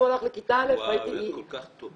את כל כך טועה.